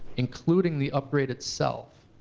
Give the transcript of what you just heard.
including the upgrade itself,